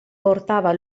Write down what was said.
portava